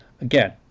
again